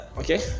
Okay